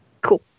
Cool